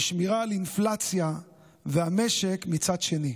ושמירה על האינפלציה והמשק מצד שני.